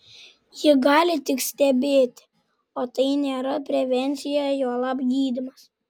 ji gali tik stebėti o tai nėra prevencija juolab gydymas